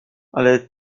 ale